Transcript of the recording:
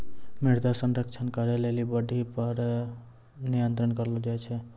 मृदा संरक्षण करै लेली बाढ़ि पर नियंत्रण करलो जाय छै